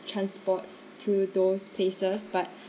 transport to those places but